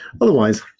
Otherwise